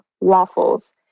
waffles